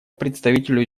представителю